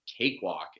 cakewalk